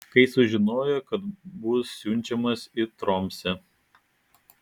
kai sužinojo kad bus siunčiamas į tromsę